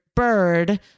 bird